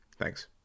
Thanks